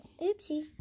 Oopsie